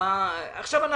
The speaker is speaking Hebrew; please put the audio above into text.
אנחנו כאן עכשיו.